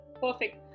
Perfect